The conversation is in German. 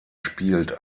spielt